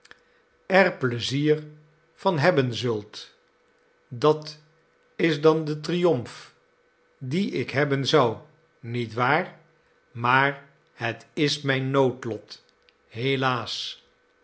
er pleizier van hebben zult dat is dan detriumf dien ik hebben zou niet waar maarhet is mijn noodlot helaasl